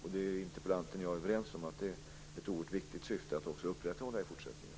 Interpellanten och jag är överens om att det är ett oerhört viktigt syfte att upprätthålla i fortsättningen.